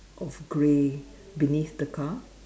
of grey beneath the car